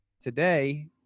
today